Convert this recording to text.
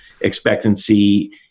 expectancy